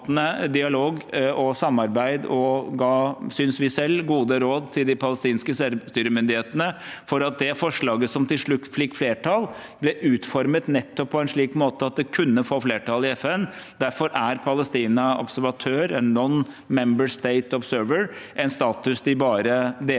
dialog og samarbeid og ga, synes vi selv, gode råd til de palestinske selvstyremyndighetene for at det forslaget som til slutt fikk flertall, ble utformet nettopp på en slik måte at det kunne få flertall i FN. Derfor er Palestina observatør, en «non-member observer state», en status de bare deler